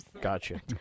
Gotcha